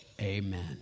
amen